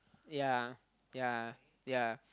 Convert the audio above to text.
ya ya ya